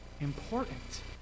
important